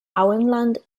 auenland